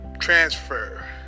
transfer